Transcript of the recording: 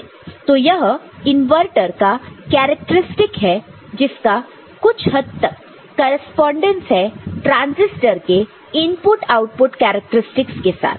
तो यह इनवर्टर का कैरेक्टरस्टिक है जिसका कुछ हद तक कॉरस्पान्डन्स है ट्रांजिस्टर के इनपुट आउटपुट कैरेक्टरस्टिक्स के साथ